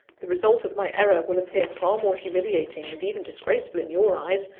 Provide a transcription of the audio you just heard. the result of my error will appear far more humiliating, and even disgraceful, in your eyes,